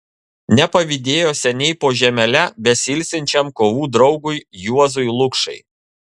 nepavydėjo seniai po žemele besiilsinčiam kovų draugui juozui lukšai